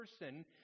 person